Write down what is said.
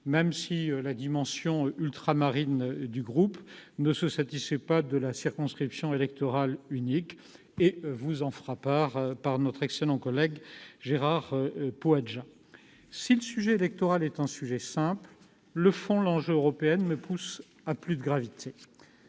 même si la dimension ultramarine de notre groupe ne se satisfait pas de la circonscription électorale unique, comme vous en fera part notre excellent collègue Gérard Poadja. Si le sujet électoral est simple, la question de fond pousse à plus de gravité.